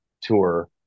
tour